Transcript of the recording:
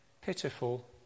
pitiful